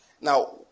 Now